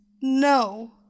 no